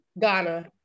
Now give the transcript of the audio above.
Ghana